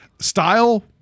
style